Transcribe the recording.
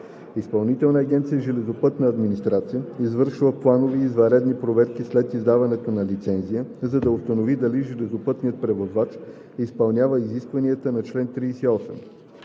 Изпълнителна агенция „Железопътна администрация“ извършва планови и извънредни проверки след издаването на лицензия, за да установи дали железопътният превозвач изпълнява изискванията на чл. 38.